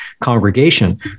congregation